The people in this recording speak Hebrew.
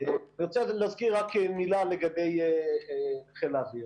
אני רוצה להזכיר רק מילה לגבי חיל האוויר.